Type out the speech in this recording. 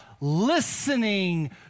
listening